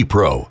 Pro